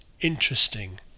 interesting